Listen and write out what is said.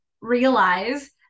realize